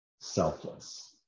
selfless